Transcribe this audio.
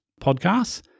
podcasts